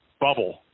bubble